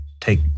take